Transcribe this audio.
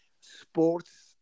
sports